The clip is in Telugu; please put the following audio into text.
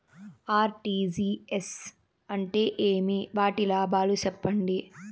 ఆర్.టి.జి.ఎస్ అంటే ఏమి? వాటి లాభాలు సెప్పండి?